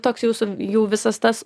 toks jūsų jų visas tas